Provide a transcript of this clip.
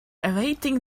awaiting